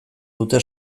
dute